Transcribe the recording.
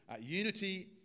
Unity